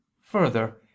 Further